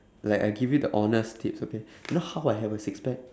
like I give you the honest tips okay you know how I have a six pack